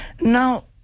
now